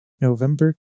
November